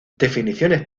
definiciones